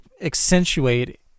accentuate